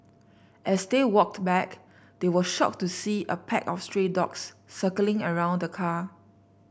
as they walked back they were shocked to see a pack of stray dogs circling around the car